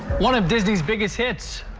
one of disney's biggest hits.